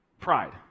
Pride